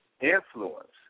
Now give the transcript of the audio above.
influence